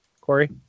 Corey